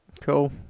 cool